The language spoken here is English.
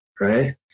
right